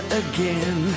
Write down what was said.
again